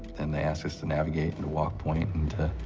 and they ask us to navigate and to walk point and